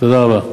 תודה רבה.